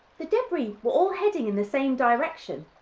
the debris were all heading in the same direction,